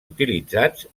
utilitzats